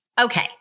Okay